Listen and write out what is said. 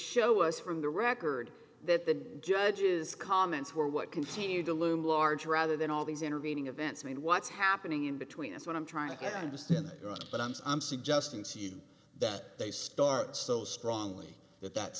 show us from the record that the judge's comments were what continued to loom large rather than all these intervening events i mean what's happening in between that's what i'm trying to understand but i'm suggesting she that they start so strongly that